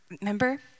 remember